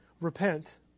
Repent